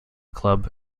club